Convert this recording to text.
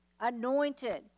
Anointed